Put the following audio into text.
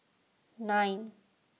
nine